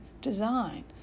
design